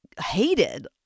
hated